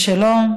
משלא,